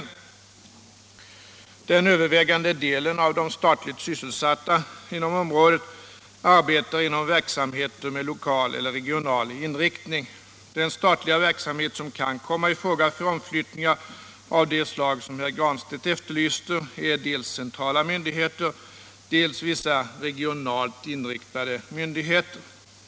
Den övervägande delen av de statligt sysselsatta inom området arbetar inom verksamheter med lokal eller regional inriktning. Den statliga verksamhet som kan komma i fråga för omflyttningar av det slag som herr Granstedt efterlyser är dels centrala myndigheter, dels vissa regionalt inriktade myndigheter.